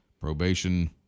Probation